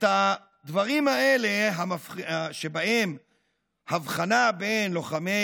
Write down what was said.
את הדברים האלה שבהם הבחנה בין לוחמי